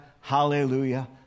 hallelujah